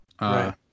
Right